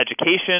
Education